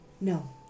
No